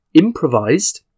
improvised